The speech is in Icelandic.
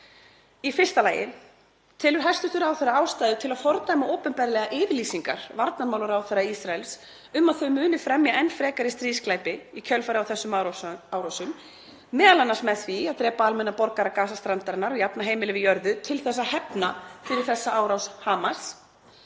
Í fyrsta lagi: Telur hæstv. ráðherra ástæðu til að fordæma opinberlega yfirlýsingar varnarmálaráðherra Ísraels um að þau muni fremja enn frekari stríðsglæpi í kjölfar þessara árása, m.a. með því að drepa almenna borgara Gaza-strandarinnar og jafna heimili við jörðu til að hefna fyrir þessa árás Hamas?